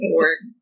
work